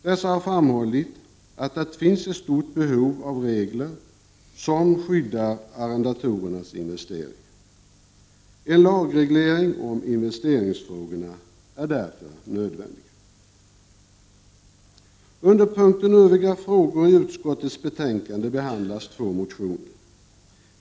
Dessa har framhållit att det finns ett stort behov av regler som skyddar arrendatorernas investeringar. En lagreglering om investeringsfrågorna är därför nödvändig. Under punkten Övriga frågor i utskottets betänkande behandlas två motioner.